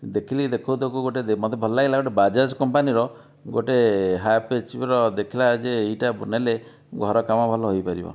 ଦେଖିଲି ଦେଖାଉ ଦେଖାଉ ଗୋଟେ ମୋତେ ଭଲ ଲାଗିଲା ବାଜାଜ କମ୍ପାନୀର ଗୋଟେ ହାଫ୍ ଏଚ୍ପି ର ଦେଖିଲା ଯେ ଏଇଟା ନେଲେ ଘର କାମ ଭଲ ହୋଇପାରିବ